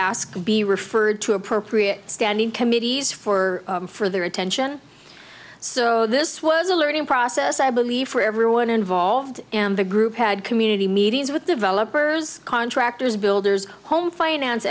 ask be referred to appropriate standing committees for for their attention so this was a learning process i believe for everyone involved and the group had community meetings with developers contractors builders home finance